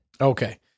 Okay